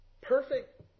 perfect